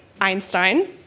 einstein